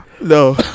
No